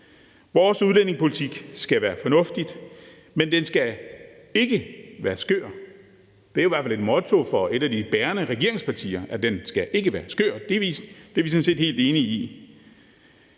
Vores udlændingepolitik skal være fornuftig, men den skal ikke være skør. Det er jo i hvert fald et motto for et af de bærende regeringspartier, at den ikke skal være skør, og det er vi sådan set helt enige i.